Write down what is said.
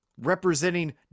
representing